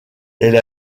elle